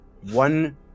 One